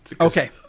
Okay